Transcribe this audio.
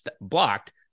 blocked